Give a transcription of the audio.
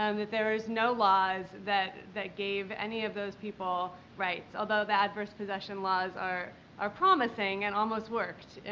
um that there is no laws that that gave any of those people rights, although the adverse possession laws are are promising and almost worked,